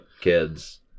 kids